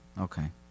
Okay